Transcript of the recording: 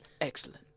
Excellent